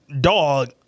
dog